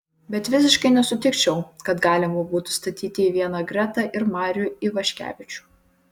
bet visiškai nesutikčiau kad galima būtų statyti į vieną gretą ir marių ivaškevičių